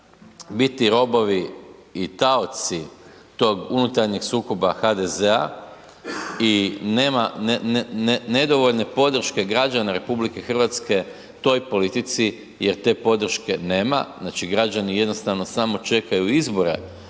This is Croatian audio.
biti robovi i taoci tog unutarnjeg sukoba HDZ-a i nema, nedovoljne podrške građana RH toj politici jer te podrške nema, znači građani jednostavno samo čekaju izbore